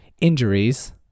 injuries